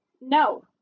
No